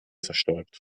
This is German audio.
zerstäubt